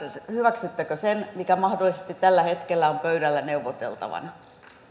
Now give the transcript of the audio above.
hyväksyttekö sen mikä mahdollisesti tällä hetkellä on pöydällä neuvoteltavana